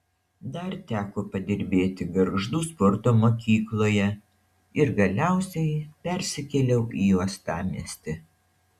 dar teko padirbėti gargždų sporto mokykloje ir galiausiai persikėliau į uostamiestį